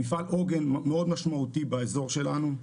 המפעל מאוד משמעותי באזור שלנו.